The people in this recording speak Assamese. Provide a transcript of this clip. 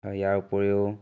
ইয়াৰ উপৰিও